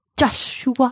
Joshua